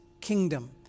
kingdom